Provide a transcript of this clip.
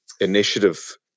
initiative